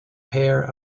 pair